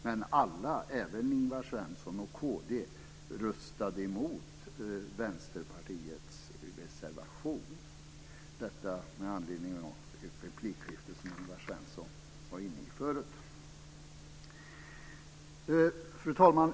Men alla, även Ingvar Svensson och kd, röstade emot Vänsterpartiets reservation. Detta sagt med anledning av det replikskifte som Ingvar Svensson var inne i förut. Fru talman!